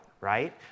right